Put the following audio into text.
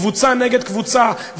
קבוצה נגד קבוצה,